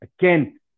again